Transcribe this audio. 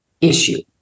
issue